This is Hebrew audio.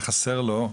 התחתונה,